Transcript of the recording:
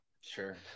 sure